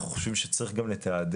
אנחנו חושבים גם שצריך לתעדף